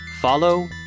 Follow